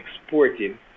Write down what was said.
exporting